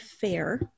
fair